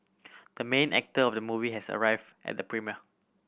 the main actor of the movie has arrive at the premiere